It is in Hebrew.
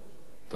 טוב.